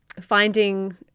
finding